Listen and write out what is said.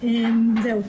זהו.